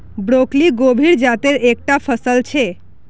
broccoli गोभीर जातेर एक टा फसल छे